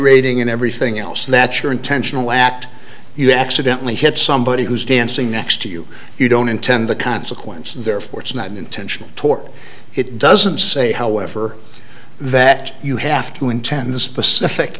gyrating and everything else that's your intentional act you accidentally hit somebody who's dancing next to you you don't intend the consequence and therefore it's not an intentional tort it doesn't say however that you have to intend the specific